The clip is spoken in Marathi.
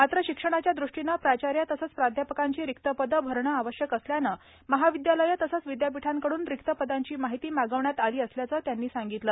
मात्र शिक्षणाच्या दृष्टीने प्राचार्य तसंच प्राध्यापकांची रिक्त पदं भरणं आवश्यक असल्यानं महाविदयालयं तसंच विदयापीठांकडून रिक्त पदांची माहिती मागवण्यात आली असल्याचं सामंत यांनी सांगितलं